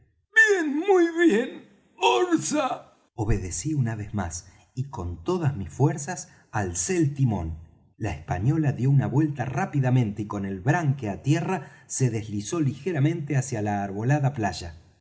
muy bien orza obedecí una vez más y con todas mis fuerzas alcé el timón la española dió una vuelta rápidamente y con el branque á tierra se deslizó ligeramente hacia la arbolada playa